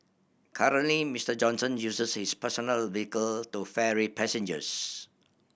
currently Mister Johnson uses his personal vehicle to ferry passengers